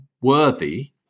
worthy